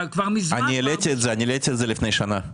כבר מזמן --- אני העליתי את זה לפני שנה,